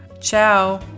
Ciao